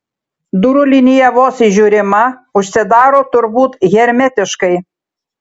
durų linija vos įžiūrima užsidaro turbūt hermetiškai